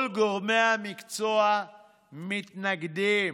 כל גורמי המקצוע מתנגדים,